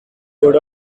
board